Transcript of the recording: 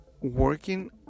working